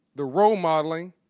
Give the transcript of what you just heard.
the role modeling,